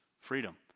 freedom